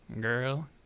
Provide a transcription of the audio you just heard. Girl